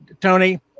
Tony